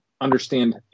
understand